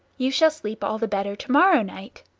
you shall sleep all the better to-morrow night.